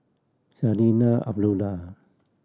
Zarinah Abdullah